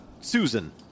Susan